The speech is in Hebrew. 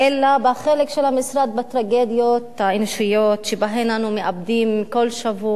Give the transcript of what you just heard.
אלא בחלק של המשרד בטרגדיות האנושיות שבהן אנו מאבדים בכל שבוע